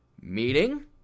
meeting